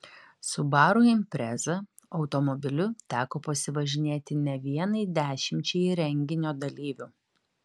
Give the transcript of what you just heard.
subaru impreza automobiliu teko pasivažinėti ne vienai dešimčiai renginio dalyvių